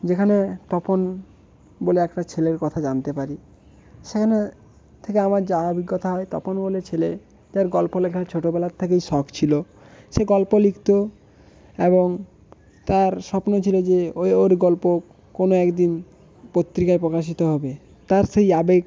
যেখানে তপন বলে একটা ছেলের কথা জানতে পারি সেখানে থেকে আমার যা অভিজ্ঞতা হয় তপন বলে ছেলে তার গল্প লেখার ছোটোবেলার থেকেই শখ ছিলো সে গল্প লিখতো এবং তার স্বপ্ন ছিলো যে ওই ওর গল্প কোনো এক দিন পত্রিকায় প্রকাশিত হবে তার সেই আবেগ